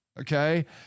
okay